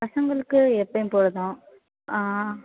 பசங்களுக்கு எப்போயும் போல்தான் ஆ